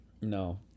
no